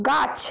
গাছ